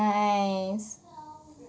nice